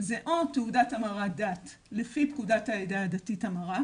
זה או תעודת המרת דת לפי פקודת העדה הדתית המרה